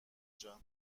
جان